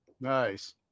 nice